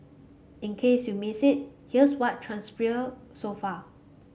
in case you missed it here's what transpired so far